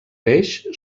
peix